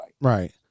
Right